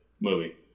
movie